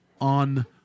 on